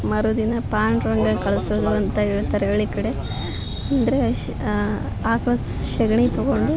ಮರುದಿನ ಪಾಂಡುರಂಗ ಕಳಿಸೋದು ಅಂತ ಹೇಳ್ತಾರೆ ಹಳ್ಳಿ ಕಡೆ ಅಂದರೆ ಶ್ ಆಕಳ ಸೆಗ್ಣಿ ತಗೊಂಡು